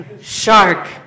shark